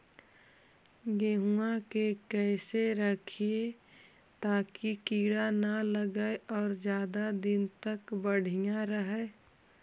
गेहुआ के कैसे रखिये ताकी कीड़ा न लगै और ज्यादा दिन तक बढ़िया रहै?